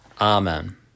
Amen